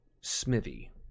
Smithy